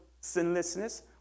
sinlessness